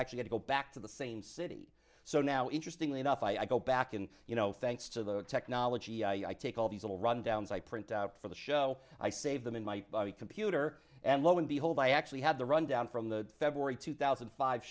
actually had to go back to the same city so now interestingly enough i go back and you know thanks to the technology i take all these little rundowns i print out for the show i save them in my body computer and lo and behold i actually had the run down from the february two thousand